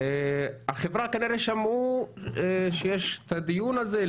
החברה כנראה שמעו שיש את הדיון הזה.